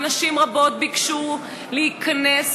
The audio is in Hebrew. ונשים רבות ביקשו להיכנס,